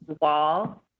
wall